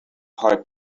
hard